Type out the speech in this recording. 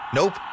Nope